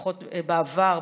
לפחות בעבר,